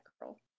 girl